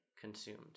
consumed